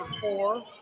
four